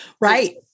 Right